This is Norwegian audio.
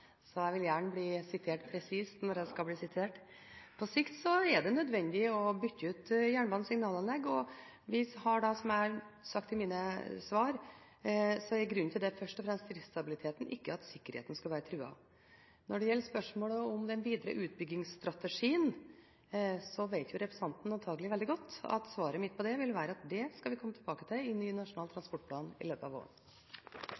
Jeg vil gjerne bli sitert presist når jeg skal bli sitert. På sikt er det nødvendig å bytte ut jernbanens signalanlegg. Som jeg har sagt i mine svar, er grunnen først og fremst driftsstabiliteten, ikke at sikkerheten skulle være truet. Når det gjelder spørsmålet om den videre utbyggingsstrategien, vet representanten antakelig veldig godt at svaret mitt på det vil være at vi skal komme tilbake til det i ny nasjonal